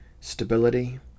Stability